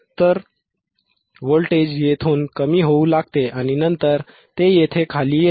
तर व्होल्टेज येथून कमी होऊ लागते आणि नंतर ते येथे खाली येते